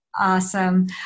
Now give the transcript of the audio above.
Awesome